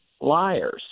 liars